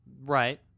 Right